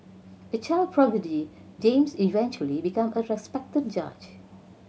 a child prodigy James eventually became a respected judge